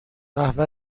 قهوه